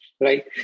Right